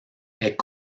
est